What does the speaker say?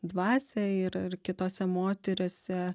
dvasią ir ir kitose moteryse